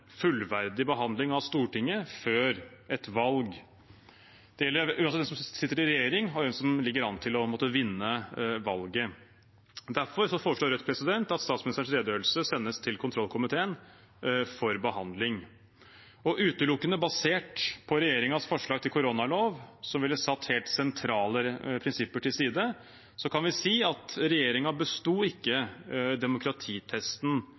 fullverdig behandling av Stortinget før et valg. Det gjelder uansett hvem som sitter i regjering, og hvem som måtte ligge an til å vinne valget. Derfor foreslår Rødt at statsministerens redegjørelse sendes til kontrollkomiteen for behandling. Og utelukkende basert på regjeringens forslag til koronalov, som ville satt helt sentrale prinsipper til side, kan vi si at regjeringen ikke besto demokratitesten